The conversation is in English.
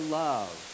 love